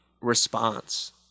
response